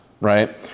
right